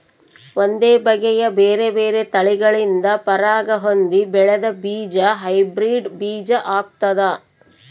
ಒಂದೇ ಬಗೆಯ ಬೇರೆ ಬೇರೆ ತಳಿಗಳಿಂದ ಪರಾಗ ಹೊಂದಿ ಬೆಳೆದ ಬೀಜ ಹೈಬ್ರಿಡ್ ಬೀಜ ಆಗ್ತಾದ